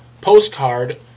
postcard